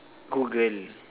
Google